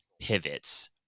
pivots